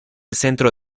centro